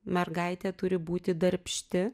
mergaitė turi būti darbšti